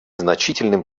значительным